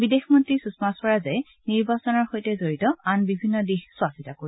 বিদেশ মন্ত্ৰী সুযমা স্বৰাজে নিৰ্বাচনৰ সৈতে জড়িত আন বিভিন্ন দিশ চোৱা চিতা কৰিব